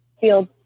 field